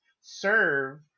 serve